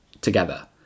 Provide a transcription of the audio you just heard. together